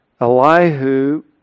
Elihu